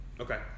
Okay